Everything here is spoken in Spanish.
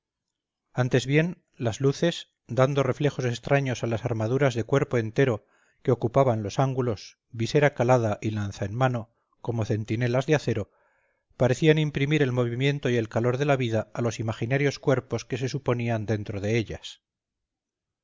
antes bien las luces dando reflejos extraños a las armaduras de cuerpo entero que ocupaban los ángulos visera calada y lanza en mano como centinelas de acero parecían imprimir el movimiento y el calor de la vida a los imaginarios cuerpos que se suponían dentro de ellas